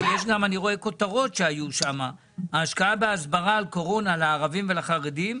ויש גם כותרות שהיו שם: ההשקעה בהסברה על קורונה לערבים ולחרדים,